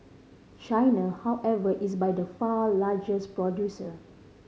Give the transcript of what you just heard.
China however is by the far largest producer